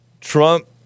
Trump